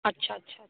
अच्छा अच्छा अच्छा